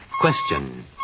Question